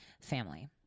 family